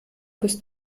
bist